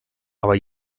aber